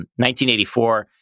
1984